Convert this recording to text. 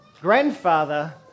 grandfather